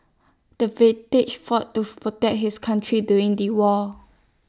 the fought to protect his country during the war